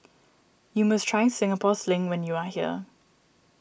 you must try Singapore Sling when you are here